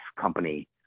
company